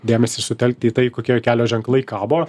dėmesį sutelkti į tai kokie kelio ženklai kabo